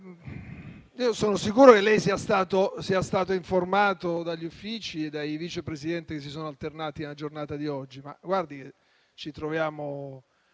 sono sicuro che lei sia stato informato dagli uffici e dai Vice Presidenti che si sono alternati nella giornata di oggi, ma ci troviamo